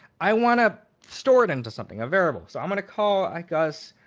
i want to store it into something, a variable. so i'm going to call, i guess,